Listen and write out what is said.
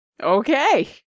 Okay